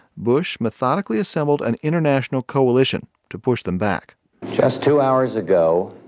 bush methodically assembled an international coalition to push them back just two hours ago,